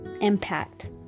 impact